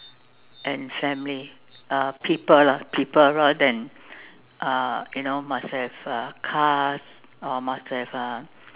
and family uh people lah people rather than uh you know must have uh cars or must have uh